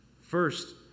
First